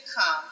come